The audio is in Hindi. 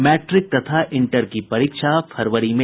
मैट्रिक तथा इंटर की परीक्षा फरवरी में